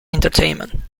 entertainment